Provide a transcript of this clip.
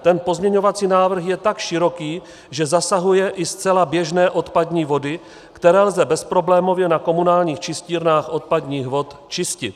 Ten pozměňovací návrh je tak široký, že zasahuje i zcela běžné odpadní vody, které lze bezproblémově na komunálních čistírnách odpadních vod čistit.